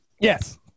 Yes